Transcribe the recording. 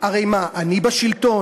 הרי מה, אני בשלטון?